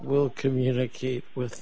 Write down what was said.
will communicate with